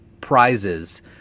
prizes